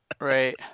Right